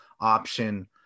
option